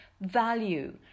value